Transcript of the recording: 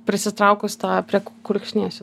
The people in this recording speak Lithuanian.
prisitraukus tą prie kulkšnies